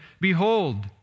Behold